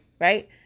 right